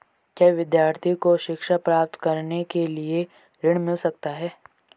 क्या विद्यार्थी को शिक्षा प्राप्त करने के लिए ऋण मिल सकता है?